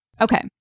okay